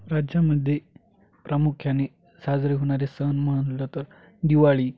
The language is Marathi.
राज्यामध्ये प्रामुख्याने साजरे होणारे सण म्हणलं तर दिवाळी